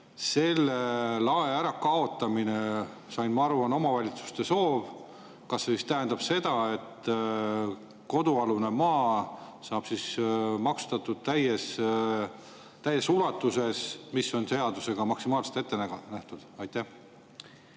[maksu]lae ärakaotamine on omavalitsuste soov. Kas see siis tähendab seda, et kodualune maa saab maksustatud täies ulatuses, mis on seadusega maksimaalselt ette nähtud? Aitäh!